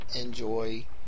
enjoy